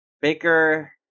Baker